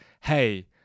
hey